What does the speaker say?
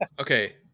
Okay